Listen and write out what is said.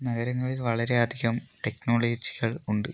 നഗരങ്ങളിൽ വളരെ അധികം ടെക്നൊളജികൾ ഉണ്ട്